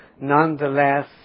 Nonetheless